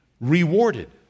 rewarded